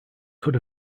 could